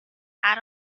out